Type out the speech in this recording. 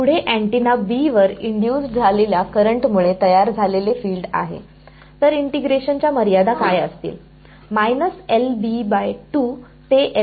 पुढे antenna B वर induced झालेल्या करंट मुळे तयार झालेले फील्ड आहे तर इंटिग्रेशन च्या मर्यादा काय असतील